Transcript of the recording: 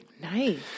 Nice